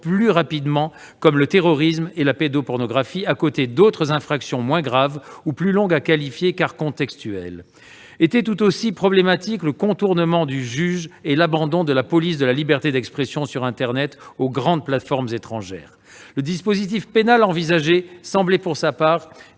plus rapidement, comme ceux qui touchent au terrorisme et à la pédopornographie, par rapport à d'autres infractions moins graves ou plus longues à qualifier, car elles sont contextuelles. Tout aussi problématiques sont le contournement du juge et l'abandon de la police de la liberté d'expression sur internet aux grandes plateformes étrangères. Le dispositif pénal envisagé semble pour sa part